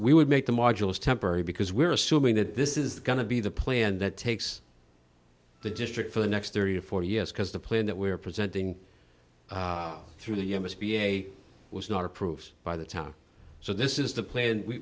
we would make the modules temporary because we're assuming that this is going to be the plan that takes the district for the next thirty or forty years because the plan that we are presenting through the you must be a was not approved by the time so this is the plan